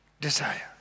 desire